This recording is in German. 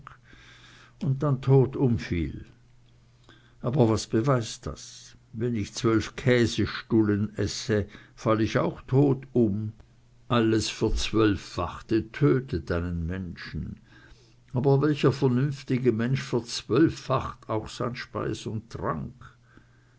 und dann tot umfiel aber was beweist das wenn ich zwölf käsestullen esse fall ich auch tot um alles verzwölffachte tötet einen menschen aber welcher vernünftige mensch verzwölffacht auch sein speis und trank